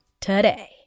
today